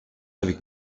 avec